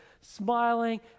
smiling